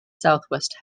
southwest